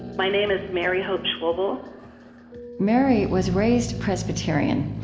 my name is mary hope schwoebel mary was raised presbyterian.